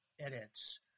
edits